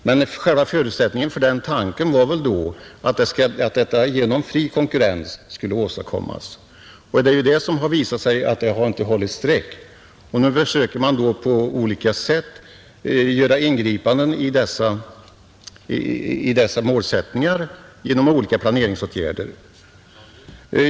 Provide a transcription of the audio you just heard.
Men själva förutsättningen för den tanken var väl att det skulle åstadkommas genom fri konkurrens, Det har dock visat sig att detta inte hållit streck, och nu försöker man göra ingripanden i dessa målsättningar genom olika planeringsåtgärder.